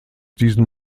diesen